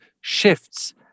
shifts